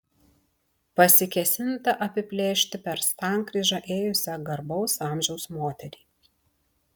pasikėsinta apiplėšti per sankryžą ėjusią garbaus amžiaus moterį